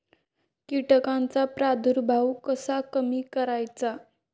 कीटकांचा प्रादुर्भाव कसा कमी करायचा?